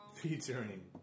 featuring